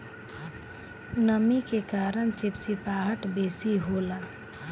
नमी के कारण चिपचिपाहट बेसी होला